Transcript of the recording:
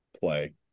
play